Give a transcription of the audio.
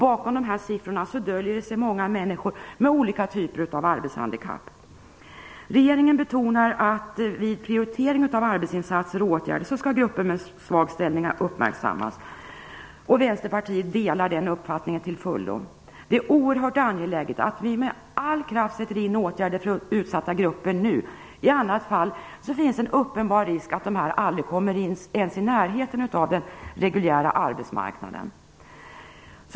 Bakom de här siffrorna döljer sig många människor med olika typer av arbetshandikapp. Regeringen betonar att grupper med svag ställning skall uppmärksammas vid prioritering av arbetsinsatser och åtgärder. Vänsterpartiet delar den uppfattningen till fullo. Det är oerhört angeläget att vi med all kraft sätter in åtgärder för utsatta grupper nu. I annat fall finns en uppenbar risk för att de aldrig kommer ens i närheten av den reguljära arbetsmarknaden.